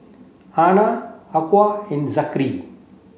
Hana and Zikri